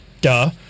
duh